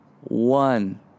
one